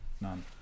none